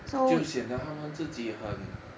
就显得他们自己很